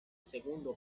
segundo